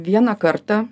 vieną kartą